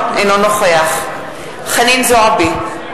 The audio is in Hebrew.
אינו נוכח חנין זועבי,